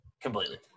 completely